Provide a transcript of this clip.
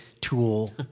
tool